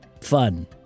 fun